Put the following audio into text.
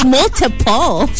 Multiple